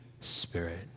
Spirit